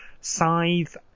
Scythe